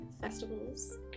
festivals